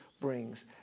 brings